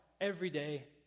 everyday